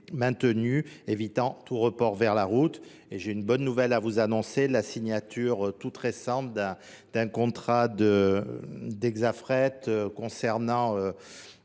maintenus, évitant tout report vers la route. Et j'ai une bonne nouvelle à vous annoncer, la signature toute récente d'un contrat d'exafraite concernant